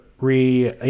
re